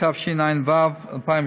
התשע"ו 2016,